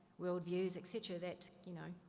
world views, et cetera that, you know,